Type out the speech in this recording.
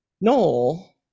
Noel